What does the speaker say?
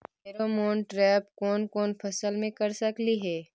Pheromone trap कोन कोन फसल मे कर सकली हे?